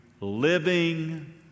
living